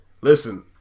listen